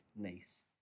Nice